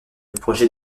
projet